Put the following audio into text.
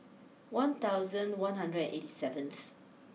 one thousand one hundred and eighty seventh